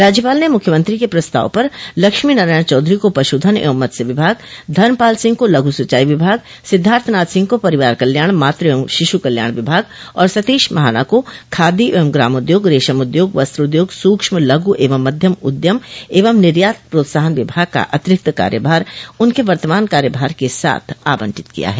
राज्यपाल ने मुख्यमंत्री के प्रस्ताव पर लक्ष्मी नारायण चौधरी को पश्धन एवं मत्स्य विभाग धर्मपाल सिंह को लघु सिंचाई विभाग सिद्वार्थ नाथ सिंह को परिवार कल्याण मातृ एवं शिशु कल्याण विभाग और सतीश महाना को खादी एवं ग्रामोद्योग रेशम उद्योग वस्त्र उद्योग सूक्ष्म लघू एवं मध्यम उद्यम एवं निर्यात प्रोत्साहन विभाग का अतिरिक्त कार्यप्रभार उनके वर्तमान कार्य प्रभार के साथ आवंटित किया है